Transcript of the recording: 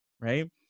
right